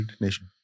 nation